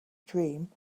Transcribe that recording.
dream